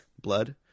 blood